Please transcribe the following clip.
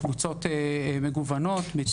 לקבוצות מגוונות.